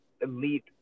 elite